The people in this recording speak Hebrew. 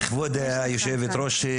כבוד היושבת-ראש,